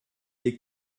est